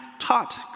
taught